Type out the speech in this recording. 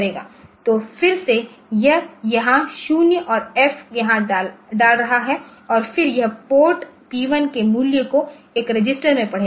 तो फिर से यह यहाँ 0 और एफ यहाँ डाल रहा है और फिर यह पोर्ट p1 के मूल्य को एक रजिस्टर में पढ़ेगा